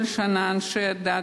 כל שנה אנשי הדת,